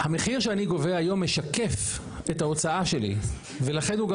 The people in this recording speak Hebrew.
המחיר שאני גובה היום משקף את ההוצאה שלי ולכן הוא גם